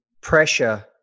pressure